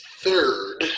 third